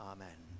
Amen